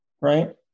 right